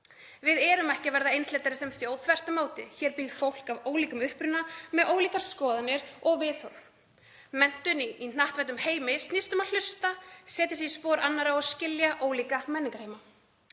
Við erum ekki að verða einsleitari sem þjóð, þvert á móti. Hér býr fólk af ólíkum uppruna með ólíkar skoðanir og viðhorf. Menntun í hnattvæddum heimi snýst um að hlusta, setja sig í spor annarra og skilja ólíka menningarheima.